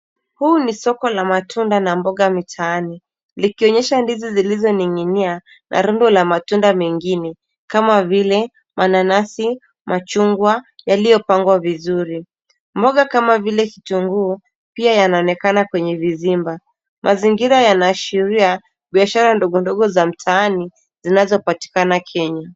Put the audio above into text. Huu ni soko la matunda na mboga mitaani likionyesha ndizi zilizoning'inia na rundo la matunda mengine kama vile mananasi, machungwa yaliyopangwa vizuri. Mboga kama vile kitunguu pia yanaonekana kwenye vizimba. Mazingira yanaashiria biashara ndogondogo za mtaani zinazopatikana Kenya.